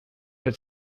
had